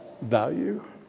value